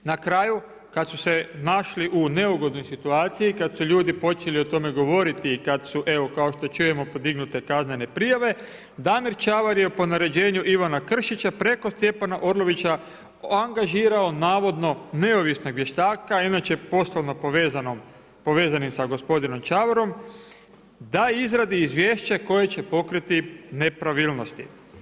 Na kraju, kada su se našli u neugodnoj situaciji, kada su ljudi počeli o tome govoriti i kada su, evo, kao što čujemo podignute kaznene prijave, Damir Čavor je po naređenju Ivana Krišća, preko Stjepana Orlovića angažirao navodno neovisnog vještaka, inače poslovno povezani sa gospodinom Čavrom da izradi izvješće koje će pokriti nepravilnosti.